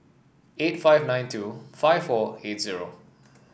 eight five nine two five four eight zero